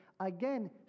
again